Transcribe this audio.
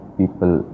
people